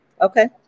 Okay